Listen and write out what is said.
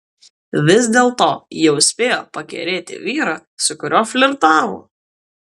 vis dėlto jau spėjo pakerėti vyrą su kuriuo flirtavo